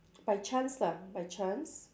by chance lah by chance